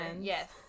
Yes